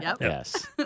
Yes